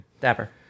Dapper